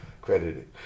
credited